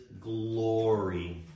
glory